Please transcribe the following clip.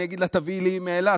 אני אגיד לה: תביאי לי מאילת.